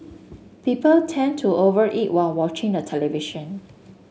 people tend to over eat while watching the television